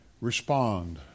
respond